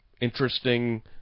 interesting